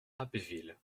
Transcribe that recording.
abbeville